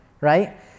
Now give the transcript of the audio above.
right